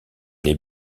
les